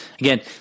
Again